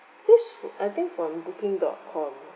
this wo~ I think from booking dot com